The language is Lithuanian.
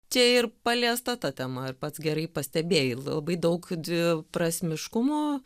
čia ir paliesta ta tema ir pats gerai pastebėjai labai daug dviprasmiškumo